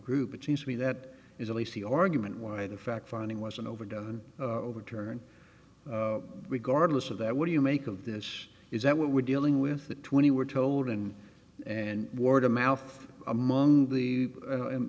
group it seems to me that is at least the argument why the fact finding wasn't overdone overturn regardless of that what do you make of this is that what we're dealing with the twenty we're told in and word of mouth among